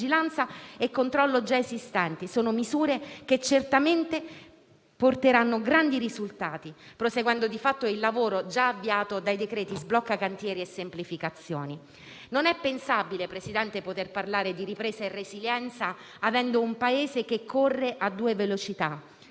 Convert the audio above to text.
meccanismi di vigilanza e controllo già esistenti sono misure che certamente porteranno grandi risultati, proseguendo di fatto il lavoro già avviato dai decreti sblocca cantieri e semplificazioni. Non è pensabile, Presidente, parlare di ripresa e resilienza avendo un Paese che corre a due velocità